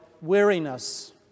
weariness